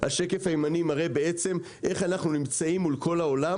החלק הימני מראה איך אנחנו נמצאים מול כל העולם,